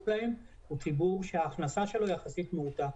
להם הוא ציבור שההכנסה שלו יחסית מועטה,